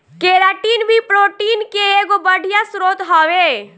keratin भी protein के एगो बढ़िया स्रोत हवे